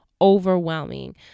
overwhelming